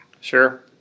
Sure